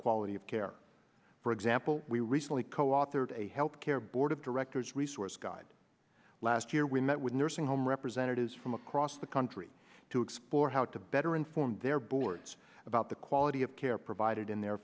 quality of care for example we recently coauthored a health care board of directors resource guide last year we met with nursing home representatives from across the country to explore how to better inform their boards about the quality of care provided in their